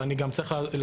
אבל אני גם צריך להבהיר